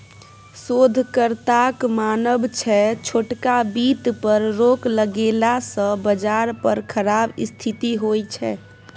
शोधकर्ताक मानब छै छोटका बित्त पर रोक लगेला सँ बजार पर खराब स्थिति होइ छै